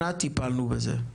טוב,